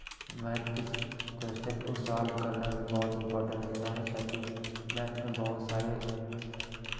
math के question को solve करना भी बहुत इम्पोर्टेंट होता है ताकि मैथ में बहुत सारे